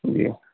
جی